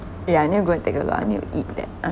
yeah I need to go and take a look I need to eat that I